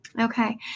Okay